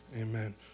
Amen